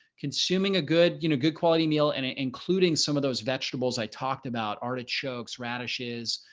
consuming a good you know, good quality meal and ah including some of those vegetables. i talked about artichokes, radishes,